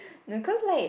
no cause like